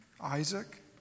Isaac